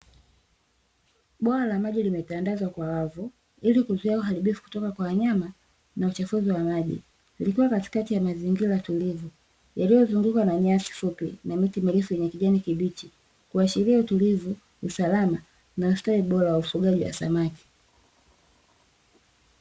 Bwawa la maji limetandazwa kwa wavu ili kuzuia uharibifu kutoka kwa wanyama na uchafuzi wa maji. Likiwa katikati ya mazingira tulivu yaliyozungukwa na nyasi fupi na miti mirefu yenye kijani kibichi kuashiria: utulivu, usalama, na usitawi bora wa ufugaji wa samaki.